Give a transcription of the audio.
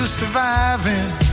surviving